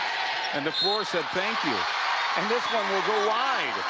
and the floor said thank you and this one will go wide